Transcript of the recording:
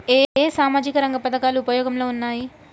ఏ ఏ సామాజిక రంగ పథకాలు ఉపయోగంలో ఉన్నాయి?